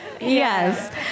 Yes